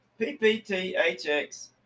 PPTHX